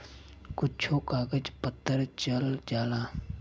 कुच्छो कागज पत्तर चल जाला